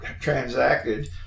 transacted